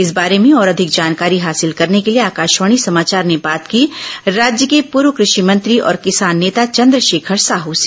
इस बारे में और अधिक जानकारी हासिल करने के लिए आकाशवाणी समाचार ने बात की राज्य के पूर्व कृषि मंत्री और किसान नेता चंद्रशेखर साह से